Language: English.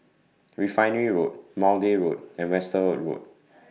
Refinery Road Maude Road and Westerhout Road